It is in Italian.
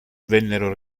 vennero